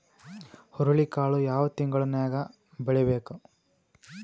ಹುರುಳಿಕಾಳು ಯಾವ ತಿಂಗಳು ನ್ಯಾಗ್ ಬೆಳಿಬೇಕು?